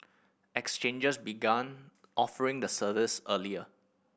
exchanges began offering the service earlier